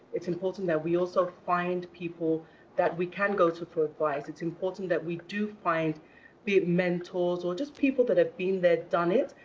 it's important that we also find people that we can go to for advice. it's important that we do find be it mentors, or just people that have been there, done it,